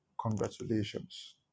congratulations